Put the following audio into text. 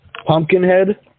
Pumpkinhead